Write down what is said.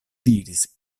diris